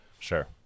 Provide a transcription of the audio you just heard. Sure